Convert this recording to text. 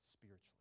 Spiritually